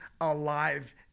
alive